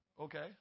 okay